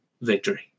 victory